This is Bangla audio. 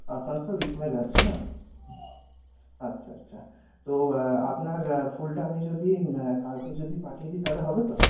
আসানসোল ইসমাইলে আছে না আচ্ছা আচ্ছা তো আপনার ফুলটা আমি যদি কালকে যদি পাঠিয়ে দিই তাহলে হবে তো